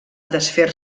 desfer